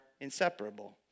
inseparable